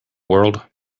world